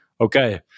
Okay